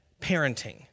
parenting